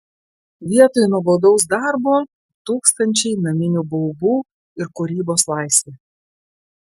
vietoj nuobodaus darbo tūkstančiai naminių baubų ir kūrybos laisvė